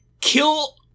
kill